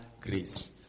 grace